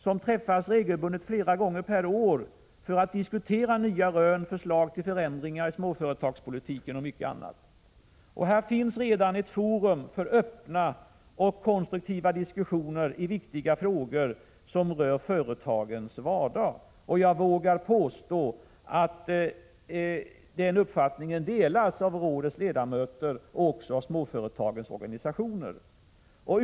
Den träffas regelbundet flera gånger om året för att diskutera nya rön, förslag till förändringar i småföretagspolitiken och mycket annat. Här finns alltså redan ett forum för öppna och konstruktiva diskussioner i viktiga frågor som rör företagens vardag. Jag vågar påstå att den uppfattningen delas av delegationens ledamöter och även av småföretagens organisationer.